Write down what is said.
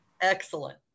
Excellent